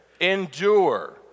Endure